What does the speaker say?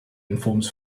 informs